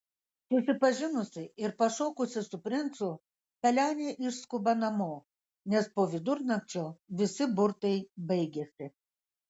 susipažinusi ir pašokusi su princu pelenė išskuba namo nes po vidurnakčio visi burtai baigiasi